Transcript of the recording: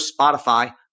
Spotify